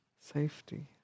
safety